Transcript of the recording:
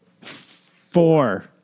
Four